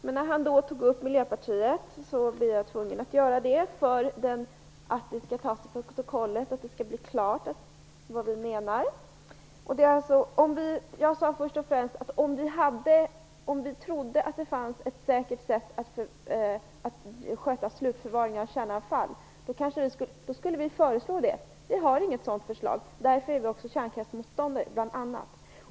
Men eftersom han nämnde Miljöpartiet är jag tvungen att kommentera det som han sade, så att det tas till protokollet och så att det blir klart vad vi menar. Jag sade först och främst att om vi trodde att det fanns ett säkert sätt att sköta slutförvaringen av kärnavfall, skulle vi föreslå det. Men vi har inget sådant förslag. Därför är vi också kärnkraftsmotståndare.